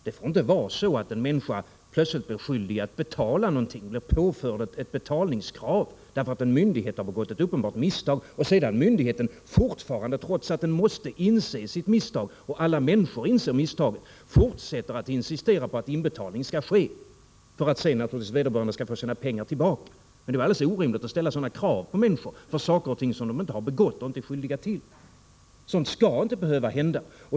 Det får inte vara så att en människa plötsligt blir påförd ett betalningskrav därför att en myndighet har begått ett uppenbart misstag. Sedan kan myndigheten, trots att den måste inse sitt misstag, fortsätta att insistera på att inbetalning skall ske för att sedan betala tillbaka pengarna till vederbörande. Det är alldeles orimligt att ställa sådana krav på människor för saker och ting som de inte är skyldiga till. Sådant skall inte behöva hända.